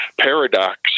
paradox